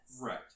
Right